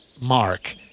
Mark